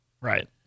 Right